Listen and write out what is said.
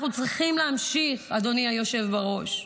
אנחנו צריכים להמשיך, אדוני היושב בראש,